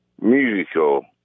musical